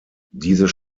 dieses